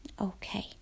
Okay